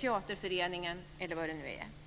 teaterföreningen eller vad det nu kan vara.